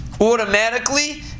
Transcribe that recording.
automatically